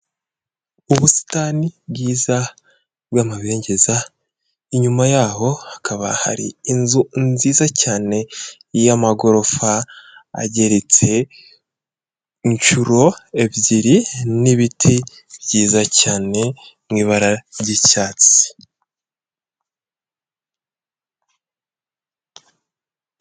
Ubusitani bwiza bw'amabengeza, inyuma yaho hakaba hari inzu nziza cyane y'amagorofa ageretse inshuro ebyiri n'ibiti byiza cyane mu ibara ry'icyatsi.